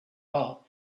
all